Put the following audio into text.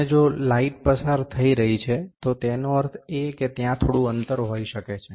અને જો લાઇટ પસાર થઈ રહી છે તો તેનો અર્થ એ કે ત્યાં થોડું અંતર હોઈ શકે છે